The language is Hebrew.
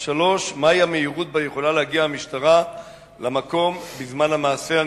4. מה היא המהירות שבה יכולה להגיע המשטרה למקום בזמן מעשה?